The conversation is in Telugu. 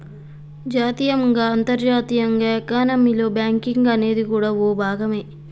జాతీయంగా అంతర్జాతీయంగా ఎకానమీలో బ్యాంకింగ్ అనేది కూడా ఓ భాగమే